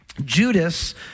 Judas